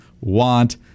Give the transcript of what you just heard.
want